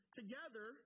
together